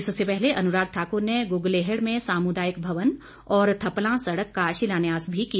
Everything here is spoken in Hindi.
इससे पहले अनुराग ठाकुर ने गुगलेहड़ में सामुदायिक भवन और थपलां सड़क का शिलान्यास भी किया